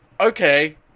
okay